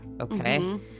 okay